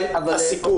זה הסיפור,